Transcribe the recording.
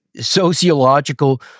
sociological